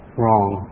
wrong